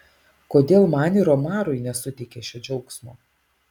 kodėl man ir omarui nesuteikė šio džiaugsmo